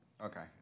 Okay